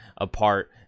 apart